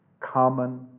common